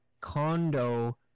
condo